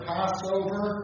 Passover